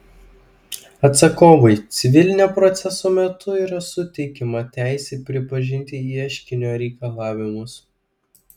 atsakovui civilinio proceso metu yra suteikiama teisė pripažinti ieškinio reikalavimus